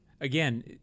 again